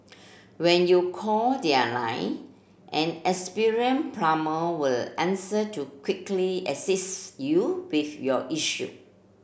when you call their line an plumber will answer to quickly assist you with your issue